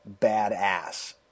badass